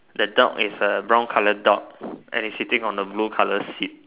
the dog is a brown color dog and is sitting on a blue color seat